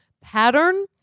pattern